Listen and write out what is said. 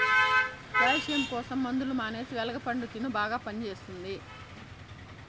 calcium కోసం మందులు మానేసి వెలగ పండు తిను బాగా పనిచేస్తది